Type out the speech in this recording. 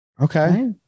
Okay